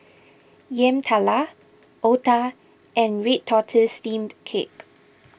Yam Talam Otah and Red Tortoise Steamed Cake